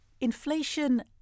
Inflation